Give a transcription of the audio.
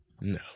No